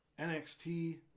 NXT